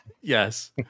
Yes